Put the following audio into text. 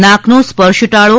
નાક નો સ્પર્શ ટાળો